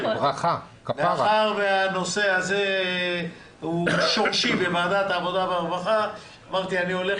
מאחר שהנושא הזה הוא שורשי בוועדת העבודה והרווחה אמרתי שאני הולך